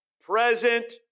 present